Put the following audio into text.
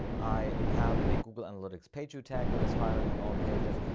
i have a google analytics page view tag that is firing on all pages.